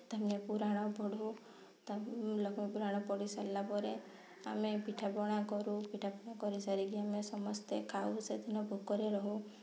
ତାମାନେ ପୁରାଣ ପଢ଼ୁ ଲକ୍ଷ୍ମୀ ପୁରାଣ ପଢ଼ିସାରିଲା ପରେ ଆମେ ପିଠା ପଣା କରୁ ପିଠା ପଣା କରି ସାରିକି ଆମେ ସମସ୍ତେ ଖାଉ ସେଦିନ ଭୋକରେ ରହୁ